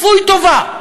כפוי טובה.